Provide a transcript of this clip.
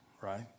right